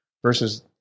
Versus